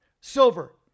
Silver